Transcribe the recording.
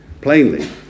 plainly